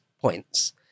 points